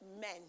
men